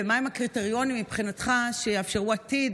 מהם הקריטריונים מבחינתך שיאפשרו בעתיד